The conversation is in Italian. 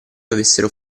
avessero